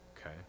Okay